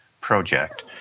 project